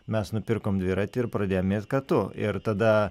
mes nupirkom dviratį ir pradėjom mes kartu ir tada